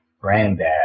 granddad